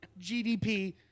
GDP